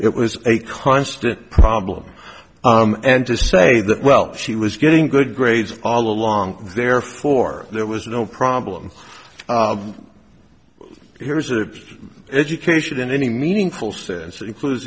it was a constant problem and to say that well she was getting good grades all along therefore there was no problem here's the education in any meaningful sense it includes